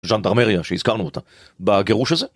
ז'נדרמריה, שהזכרנו אותה, בגירוש הזה?